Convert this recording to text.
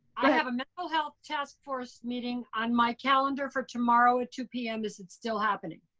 i have a mental health task force meeting on my calendar for tomorrow at two p m. is it still happening?